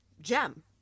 gem